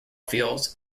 fields